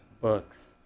Books